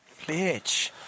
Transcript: bitch